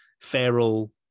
feral